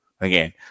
Again